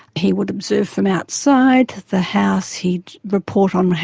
he would observe from outside the house, he'd report on how,